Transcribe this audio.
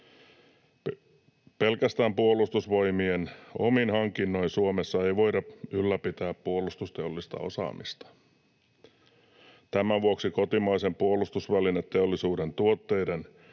Pelkästään Puolustusvoimien omin hankinnoin Suomessa ei voida ylläpitää puolustusteollista osaamista. Tämän vuoksi kotimaisen puolustusvälineteollisuuden tuotteiden